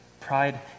Pride